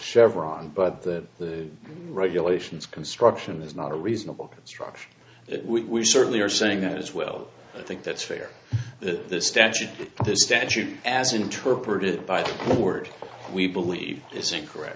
chevron but that the regulations construction is not a reasonable structure we certainly are saying that as well i think that's fair that the statute the statute as interpreted by the word we believe is incorrect